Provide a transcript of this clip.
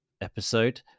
episode